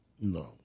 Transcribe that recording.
No